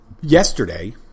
Yesterday